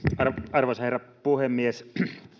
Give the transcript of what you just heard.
arvoisa herra puhemies